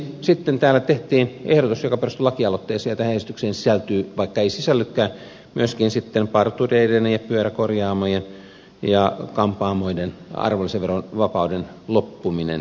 sitten täällä tehtiin ehdotus joka perustui lakialoitteeseen ja tähän esitykseen sisältyy vaikka ei sisällykään myöskin sitten partureiden ja pyöräkorjaamoiden ja kampaamoiden kevennetyn arvonlisäverokannan loppuminen